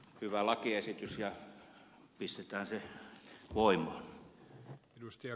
hyvä lakiesitys pistetään se voimaan